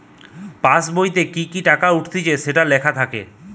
পাসবোইতে কি কি টাকা উঠতিছে সেটো লেখা থাকে